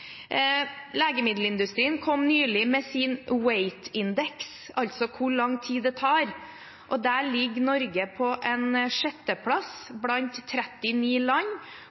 Legemiddelindustrien kom nylig med sin WAIT-indeks, altså hvor lang tid det tar, og der ligger Norge på en sjetteplass blant 39 land